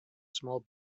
small